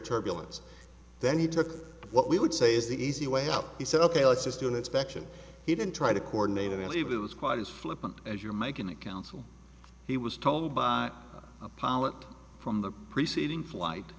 turbulence then he took what we would say is the easy way out he said ok let's just do an inspection he didn't try to coordinate any leave it was quite as flippant as you're making a council he was told by a pilot from the preceding flight